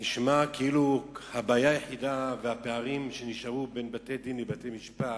נשמע כאילו הבעיה היחידה והפערים שנשארו בין בתי-דין לבתי-משפט,